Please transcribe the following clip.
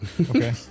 okay